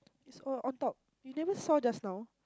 it's all on top you never saw just now